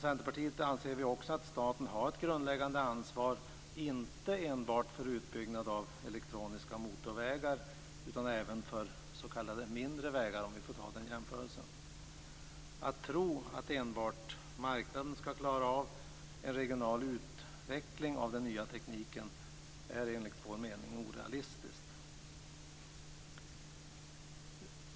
Vi anser också att staten har ett grundläggande ansvar, inte enbart för utbyggnad av elektroniska motorvägar utan även för s.k. mindre vägar - om jag får göra den jämförelsen. Att tro att enbart marknaden skall klara av en regional utveckling av den nya tekniken är enligt vår mening orealistiskt.